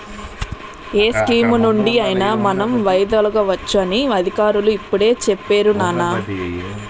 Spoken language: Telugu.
ఏ స్కీమునుండి అయినా మనం వైదొలగవచ్చు అని అధికారులు ఇప్పుడే చెప్పేరు నాన్నా